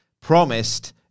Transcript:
promised